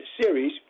series